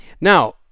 Now